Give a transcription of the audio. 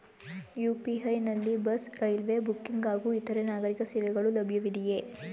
UPI ನಲ್ಲಿ bus, railway booking ಹಾಗೂ ಇತರೆ ನಾಗರೀಕ ಸೇವೆಗಳು ಲಭ್ಯವಿದೆಯೇ?